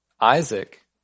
Isaac